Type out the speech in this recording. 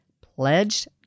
pledged